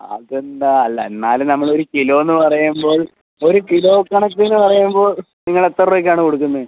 അത് എന്താണ് അല്ല എന്നാലും നമ്മൾ ഒരു കിലോ എന്ന് പറയുമ്പോൾ ഒരു കിലോ കണക്കിന് പറയുമ്പോൾ നിങ്ങൾ എത്ര രൂപയ്ക്ക് ആണ് കൊടുക്കുന്നത്